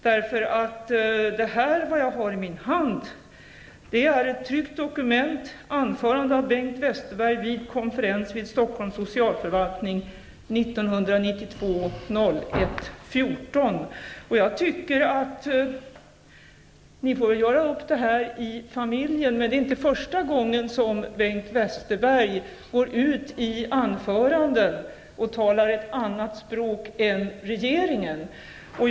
Det som jag här har i min hand är ett tryckt dokument, anförande av Bengt Westerberg vid konferens vid Stockholms socialförvaltning den 14 januari 1992. Jag tycker att ni får göra upp det här i familjen, men det är inte första gången som Bengt Westerberg går ut i anföranden och talar ett annat språk än regeringen.